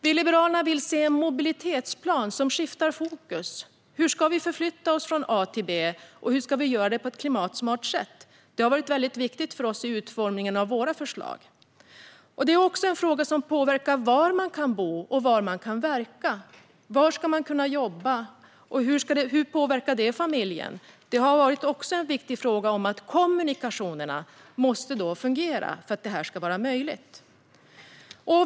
Vi i Liberalerna vill se en mobilitetsplan som skiftar fokus: Hur ska vi förflytta oss från A till B, och hur ska vi göra det på ett klimatsmart sätt? Det har varit viktigt för oss i utformningen av våra förslag. Detta är också en fråga som påverkar var man kan bo och verka. Var ska man kunna jobba? Hur påverkar det familjen? Kommunikationerna måste fungera för att detta ska vara möjligt.